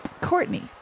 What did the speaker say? Courtney